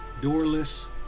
doorless